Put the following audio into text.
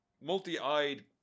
multi-eyed